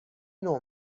نوع